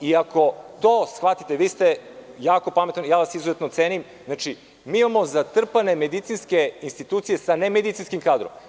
Ako to shvatite, vi ste jako pametni, cenim vas, mi imamo zatrpane medicinske institucije sa nemedicinskim kadrom.